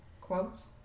Quotes